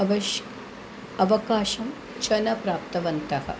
अवकाशम् अवकाशं च न प्राप्तवन्तः